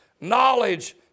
knowledge